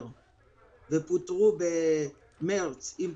מיקי זוהר, בבקשה, יושב-ראש הקואליציה.